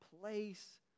Place